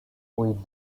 with